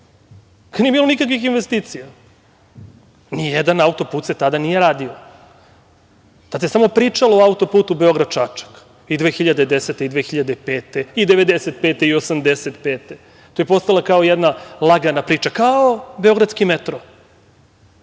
kad nije bilo nikakvih investicija. Ni jedan autoput se tada nije radio. Tada se samo pričalo o autoputu Beograd-Čačak i 2010, i 2005, i 1995, i 1985. godine. To je postala kao jedna lagana priča, kao beogradski metro.